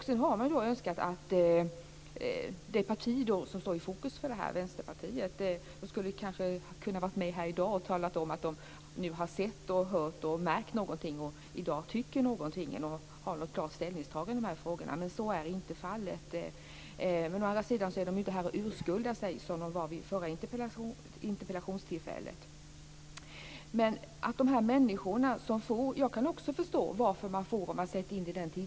Det har funnits önskemål om att det parti som står i fokus för detta - Vänsterpartiet - kanske skulle ha funnits med här i dag för att tala om ifall man nu har sett, hört och märkt någonting och i dag tycker någonting och om man har gjort något klart ställningstagande i dessa frågor. Men så är inte fallet. Men å andra sidan är man inte här och urskuldar sig som man var vid det förra interpellationstillfället. Om man sätter in detta i den aktuella tidsperioden har jag en viss förståelse för detta.